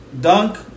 Dunk